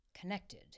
connected